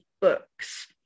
books